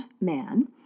man